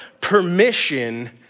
permission